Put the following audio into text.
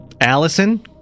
allison